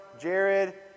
Jared